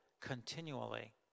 continually